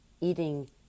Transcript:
eating